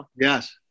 Yes